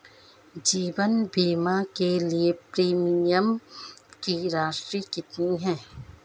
जीवन बीमा के लिए प्रीमियम की राशि कितनी है?